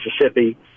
Mississippi